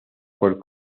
por